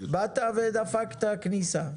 באת ודפקת כניסה.